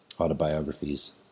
autobiographies